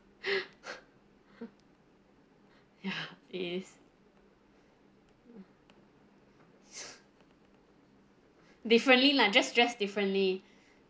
ya it is differently lah just dressed differently